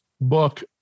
book